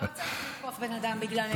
לא צריך לתקוף בן אדם בגלל אמונתו.